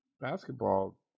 basketball